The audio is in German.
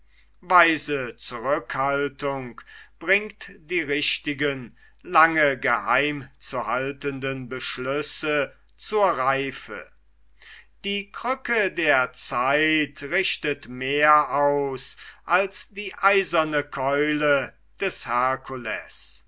weise zurückhaltung bringt die richtigen lange geheim zu haltenden beschlüsse zur reife die krücke der zeit richtet mehr aus als die eiserne keule des